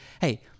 hey